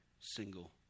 single